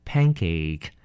Pancake